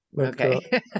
Okay